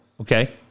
okay